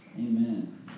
Amen